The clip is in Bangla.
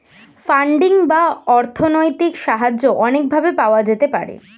ফান্ডিং বা অর্থনৈতিক সাহায্য অনেক ভাবে পাওয়া যেতে পারে